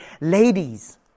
ladies